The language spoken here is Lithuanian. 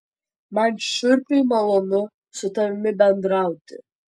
man šiurpiai malonu su tavimi bendrauti